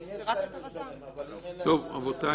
אם יש להם לשלם, אבל אם אין להם, מה הם יעשו?